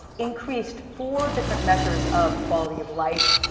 increased four different measures of quality of life,